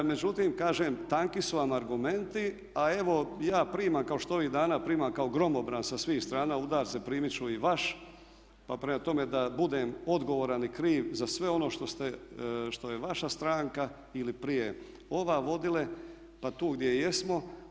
Međutim, kažem tanki su vam argumenti, a evo ja primam kao što ovih dana primam kao gromobran sa svih strana udarce primit ću i vaš, pa prema tome da budem odgovoran i kriv za sve ono što je vaša stranka ili prije ova vodile, pa tu gdje jesmo.